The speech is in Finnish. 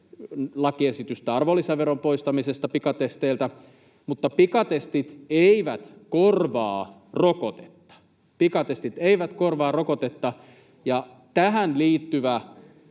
lakiesitystä arvonlisäveron poistamisesta pikatesteiltä, mutta pikatestit eivät korvaa rokotetta. Pikatestit eivät korvaa rokotetta — ja tähän liittyvä